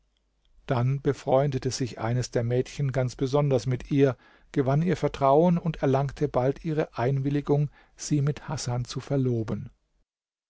dann befreundete sich eines der mädchen ganz besonders mit ihr gewann ihr vertrauen und erlangte bald ihre einwilligung sie mit hasan zu verloben